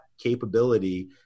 capability